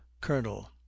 Colonel